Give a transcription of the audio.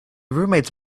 roommate’s